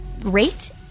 rate